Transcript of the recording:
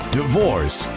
divorce